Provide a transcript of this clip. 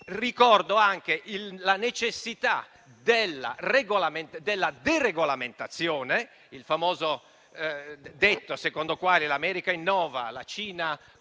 Ricordo anche la necessità della deregolamentazione, citando il famoso detto secondo cui l'America innova, la Cina copia,